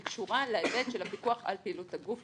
היא קשורה להיבט של הפיקוח על פעילות הגוף,